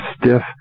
stiff